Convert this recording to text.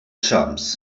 chumps